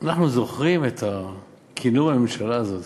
אנחנו זוכרים את כינון הממשלה הזאת,